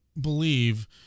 believe